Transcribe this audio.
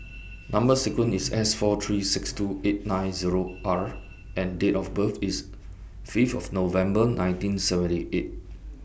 Number sequence IS S four three six two eight nine Zero R and Date of birth IS Fifth of November nineteen seventy eight